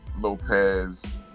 Lopez